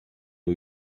new